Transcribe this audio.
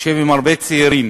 יושב עם הרבה צעירים